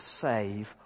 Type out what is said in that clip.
save